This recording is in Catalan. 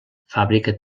fàbrica